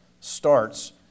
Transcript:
Starts